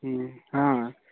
हाँ